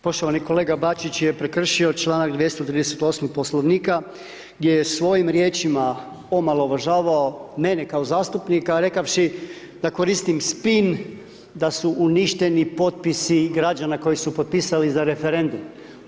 Poštovani kolega Bačić je prekršio članak 238.-mi Poslovnika, gdje je svojim riječima omalovažavao mene kao zastupnika, rekavši da koristim spin da su uništeni potpisi građana koji su potpisali za Referendum.